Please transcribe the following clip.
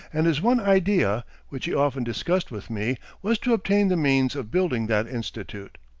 and his one idea which he often discussed with me was to obtain the means of building that institute.